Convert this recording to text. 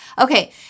okay